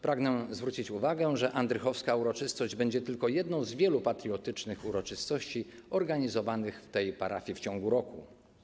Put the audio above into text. Pragnę zwrócić uwagę, że andrychowska uroczystość będzie tylko jedną z wielu patriotycznych uroczystości organizowanych w tej parafii w ciągu roku.